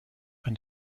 ein